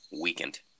weakened